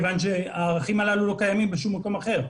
כיוון שהערכים הללו לא קיימים בשום מקום אחר.